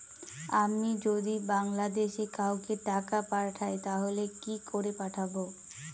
আমি যদি বাংলাদেশে কাউকে টাকা পাঠাই তাহলে কি করে পাঠাবো?